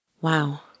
Wow